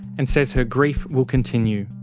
and says her grief will continue.